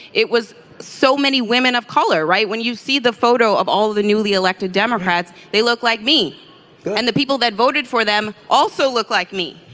it was so many women of color. right. when you see the photo of all the newly elected democrats they look like me and the people that voted for them also look like me.